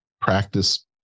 practice